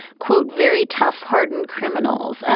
quote, very tough, hardened criminals.